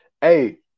Hey